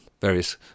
various